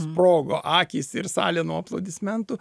sprogo akys ir salė nuo aplodismentų